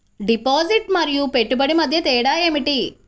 Deposit మరియు పెట్టుబడి మధ్య తేడా ఏమిటి?